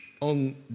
on